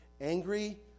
angry